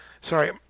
Sorry